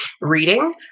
reading